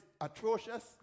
atrocious